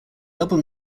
album